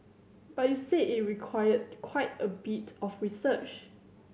but you said it require quite a bit of research